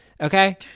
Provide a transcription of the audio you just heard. okay